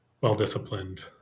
Well-disciplined